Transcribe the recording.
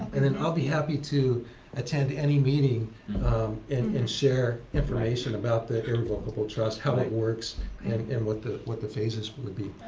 and and i'll be happy to attend any meeting and and share information about the irrevocable trust, how it works and and what the what the phases will be.